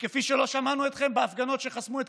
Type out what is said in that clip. וכפי שלא שמענו אתכם בהפגנות שחסמו את